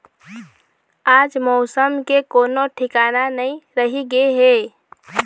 आज मउसम के कोनो ठिकाना नइ रहि गे हे